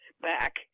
back